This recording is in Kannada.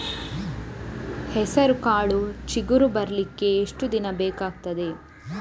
ಹೆಸರುಕಾಳು ಚಿಗುರು ಬರ್ಲಿಕ್ಕೆ ಎಷ್ಟು ದಿನ ಬೇಕಗ್ತಾದೆ?